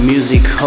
Music